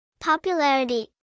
Popularity